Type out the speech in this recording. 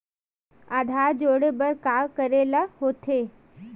आधार जोड़े बर का करे ला होथे?